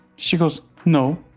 she goes, no